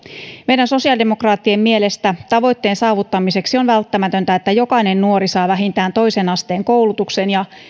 meidän sosiaalidemokraattien mielestä tavoitteen saavuttamiseksi on välttämätöntä että jokainen nuori saa vähintään toisen asteen koulutuksen ja